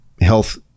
health